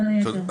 בין היתר.